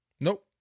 Nope